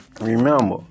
remember